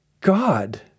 God